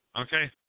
Okay